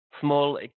small